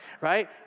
right